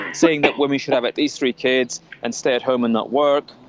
saying that women should have at least three kids and stay at home and not work,